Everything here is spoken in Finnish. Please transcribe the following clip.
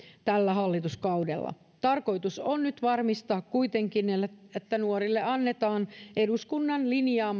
tällä hallituskaudella tarkoitus on nyt varmistaa kuitenkin että nuorille annetaan eduskunnan linjaama riittävä